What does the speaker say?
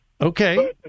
Okay